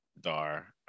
Dar